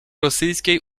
rosyjskiej